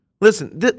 Listen